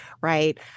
Right